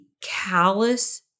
callous